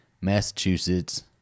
Massachusetts